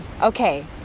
okay